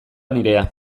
nirea